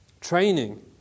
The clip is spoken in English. Training